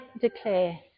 declare